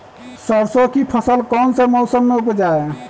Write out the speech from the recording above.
सरसों की फसल कौन से मौसम में उपजाए?